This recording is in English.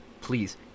please